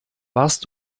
warst